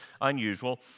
unusual